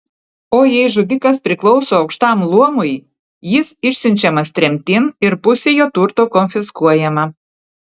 o jei žudikas priklauso aukštam luomui jis išsiunčiamas tremtin ir pusė jo turto konfiskuojama